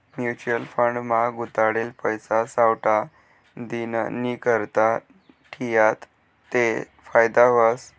mutual fund मा गुताडेल पैसा सावठा दिननीकरता ठियात ते फायदा व्हस